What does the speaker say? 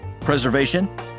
preservation